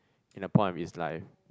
in the point of his life